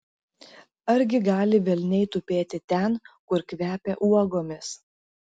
argi gali velniai tupėti ten kur kvepia uogomis